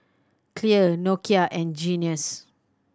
Clear Nokia and Guinness